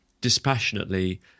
dispassionately